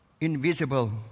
invisible